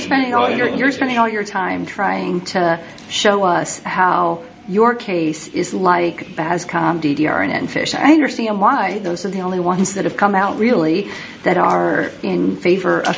spending all your spending all your time trying to show us how your case is like bad as com d d r and fish i understand why those are the only ones that have come out really that are in favor of